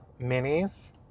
minis